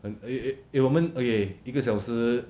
eh eh eh 我们 okay 一个小时